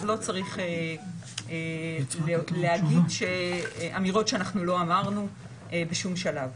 אז לא צריך להגיד אמירות שאנחנו לא אמרנו בשום שלב.